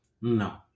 No